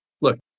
look